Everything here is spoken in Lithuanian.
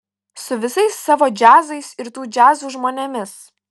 su visais savo džiazais ir tų džiazų žmonėmis